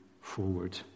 forward